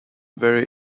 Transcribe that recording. very